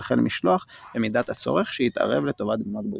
חיל משלוח במידת הצורך שיתערב לטובת בנות בריתן.